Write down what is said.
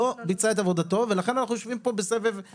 לא ביצע את עבודתו ולכן אנחנו יושבים פה בסבב ג'.